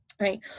right